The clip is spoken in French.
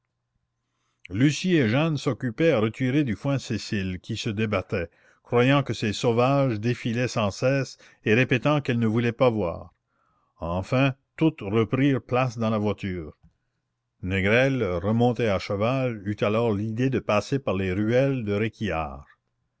lucie et jeanne s'occupaient à retirer du foin cécile qui se débattait croyant que ces sauvages défilaient sans cesse et répétant qu'elle ne voulait pas voir enfin toutes reprirent place dans la voiture négrel remonté à cheval eut alors l'idée de passer par les ruelles de